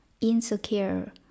insecure